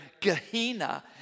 Gehenna